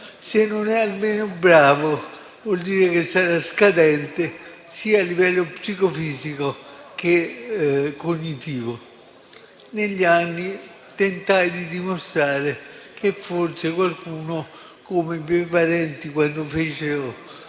se non è almeno bravo vuol dire che sarà scadente sia a livello psicofisico che cognitivo. Negli anni tentai di dimostrare che forse, come i miei parenti quando